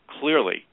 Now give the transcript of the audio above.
clearly